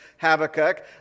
Habakkuk